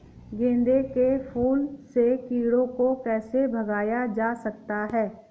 गेंदे के फूल से कीड़ों को कैसे भगाया जा सकता है?